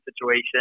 situation